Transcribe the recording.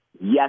yes